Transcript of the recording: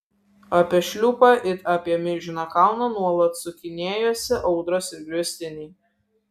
apie šliūpą it apie milžiną kalną nuolat sukinėjosi audros ir griaustiniai